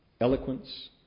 eloquence